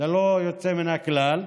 ללא יוצא מן הכלל.